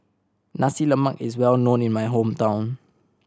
Nasi Lemak is well known in my hometown